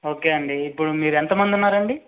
okay అండి ఇప్పుడు మీరు ఎంతమంది ఉన్నారండి